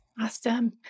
Awesome